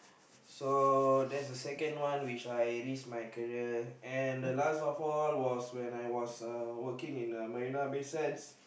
so that's the second one which I risk my career and the last of all was when I was uh working at Marina-Bay-Sands